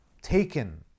taken